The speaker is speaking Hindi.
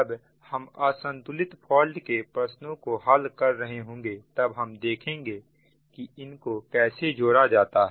जब हम असंतुलित फॉल्ट के प्रश्नों को हल कर रहे होंगे तब हम देखेंगे कि इनको कैसे जोड़ा जाता है